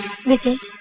snake is